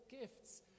gifts